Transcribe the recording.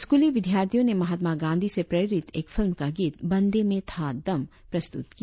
स्कूली विद्यार्थियों ने महात्मा गांधी से प्रेरित एक फिल्म का गीत बंदे में था दम प्रस्तुत किया